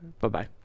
Bye-bye